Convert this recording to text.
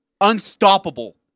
unstoppable